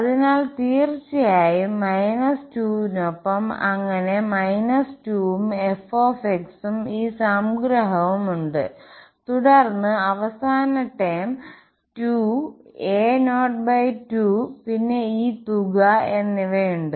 അതിനാൽ തീർച്ചയായും 2 നൊപ്പം അങ്ങനെ 2 ഉം f ഉം ഈ സംഗ്രഹവും ഉണ്ട് തുടർന്ന് തുടർന്ന് അവസാന ടേം 2a02 പിന്നെ ഈ തുക എന്നിവയുണ്ട്